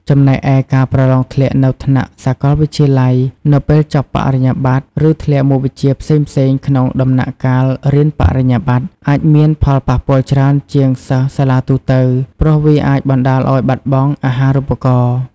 ចំណែកឯ ការប្រឡងធ្លាក់នៅថ្នាក់សាកលវិទ្យាល័យនៅពេលចប់បរិញ្ញាបត្រ ឬធ្លាក់មុខវិជ្ជាផ្សេងៗក្នុងដំណាក់កាលរៀនបរិញ្ញាប័ត្រ អាចមានផលប៉ះពាល់ច្រើនជាងសិស្សសាលាទូទៅ ព្រោះវាអាចបណ្តាលឲ្យបាត់បង់អាហារូបករណ៍។